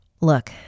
Look